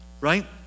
right